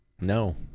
no